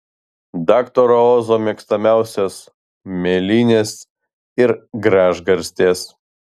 daktaro ozo mėgstamiausios mėlynės ir gražgarstės